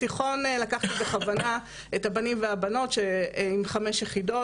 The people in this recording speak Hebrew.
לקחתי בכוונה את הבנים והבנות עם חמש יחידות